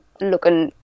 looking